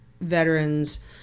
veterans